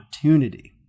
opportunity